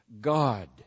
God